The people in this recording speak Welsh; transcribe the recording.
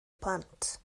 plant